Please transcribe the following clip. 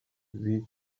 b’i